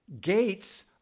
gates